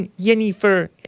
Jennifer